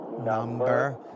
Number